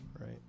right